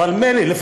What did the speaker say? אבל מילא,